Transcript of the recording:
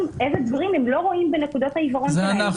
איזה דברים הם לא רואים בנקודת העיוורון שלהם.